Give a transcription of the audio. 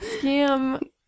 scam